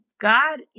God